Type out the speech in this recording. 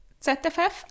ZFF